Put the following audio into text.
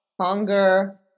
Hunger